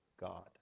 God